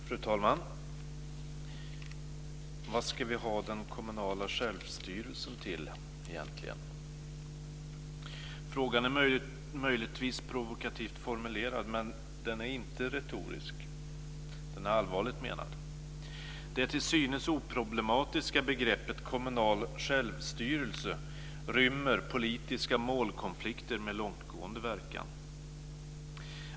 Fru talman! Vad ska vi egentligen ha den kommunala självstyrelsen till? Frågan är möjligtvis provokativt formulerad, men den är inte retorisk. Den är allvarligt menad. Det till synes oproblematiska begreppet kommunal självstyrelse rymmer politiska målkonflikter med långtgående verkan.